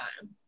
time